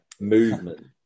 Movement